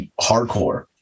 hardcore